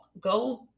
go